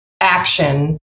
action